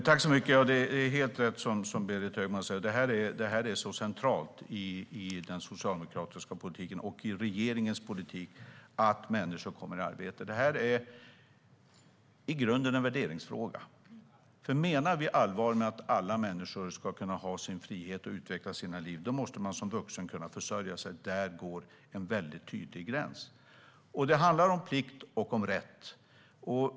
Herr talman! Det är helt rätt som Berit Högman säger att det är centralt i den socialdemokratiska politiken och i regeringens politik att människor kommer i arbete. Det här är i grunden en värderingsfråga. Menar vi allvar med att alla människor ska ha sin frihet och kunna utveckla sina liv måste de kunna försörja sig. Där går en tydlig gräns. Det handlar om plikt och om rätt.